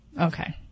Okay